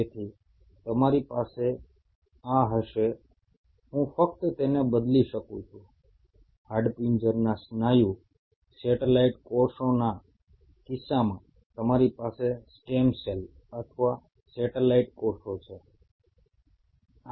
તેથી તમારી પાસે આ હશે હું ફક્ત તેને બદલી શકું છું હાડપિંજરના સ્નાયુ સેટેલાઇટ કોષોના કિસ્સામાં તમારી પાસે સ્ટેમ સેલ અથવા સેટેલાઇટ કોષો છે